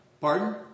pardon